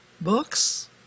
books